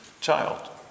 child